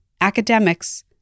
academics